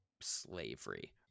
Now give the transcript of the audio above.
slavery